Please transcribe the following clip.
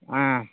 ஆ